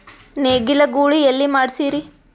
ನೇಗಿಲ ಗೂಳಿ ಎಲ್ಲಿ ಮಾಡಸೀರಿ?